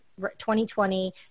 2020